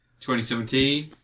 2017